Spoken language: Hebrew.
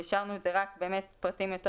והשארנו את זה באמת רק על פרטים יותר